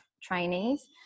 trainees